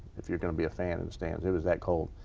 if you're going to be a fan in the stands. it was that cold.